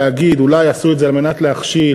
להגיד שאולי עשו את זה כדי להכשיל,